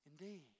indeed